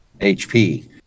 HP